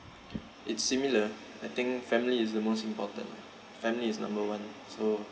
it's similar I think family is the most important lah family is number one so